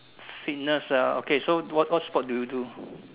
fitness ah okay so what what sport do you do